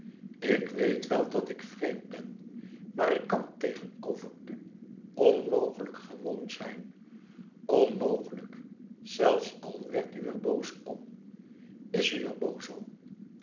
ik weet wel dat ik vreemd ben maar ik kàn tegenover u onmogelijk gewoon zijn onmogelijk zelfs al werd u er boos om is u er boos om